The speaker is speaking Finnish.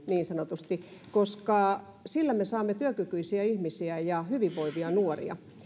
niin sanotusti hintansa haukkuu koska sillä me saamme työkykyisiä ihmisiä ja hyvinvoivia nuoria